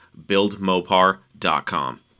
buildmopar.com